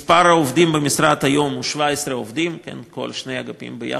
3. מספר העובדים במשרד היום הוא 17 בשני האגפים יחד,